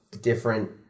different